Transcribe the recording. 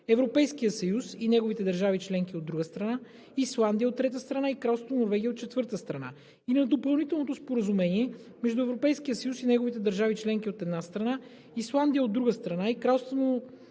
Европейския съюз и неговите държави членки, от друга страна, Исландия, от трета страна, и Кралство Норвегия, от четвърта страна, и на Допълнителното споразумение между Европейския съюз и неговите държави членки, от една страна, Исландия, от друга страна, и Кралство Норвегия, от трета страна,